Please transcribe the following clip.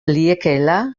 liekeela